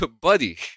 Buddy